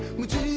would you